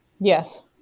Yes